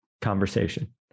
conversation